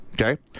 Okay